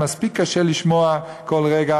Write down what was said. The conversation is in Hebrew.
זה מספיק לשמוע כל רגע.